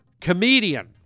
comedian